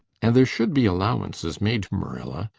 and there should be allowances made, marilla.